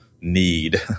need